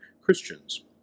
Christians